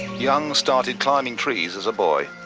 young started climbing trees as a boy,